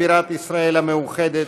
בירת ישראל המאוחדת,